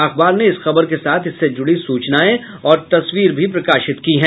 अखबार ने इस खबर के साथ इससे जुड़ी सूचनायें और तस्वीर प्रकाशित की है